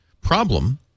problem